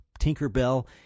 Tinkerbell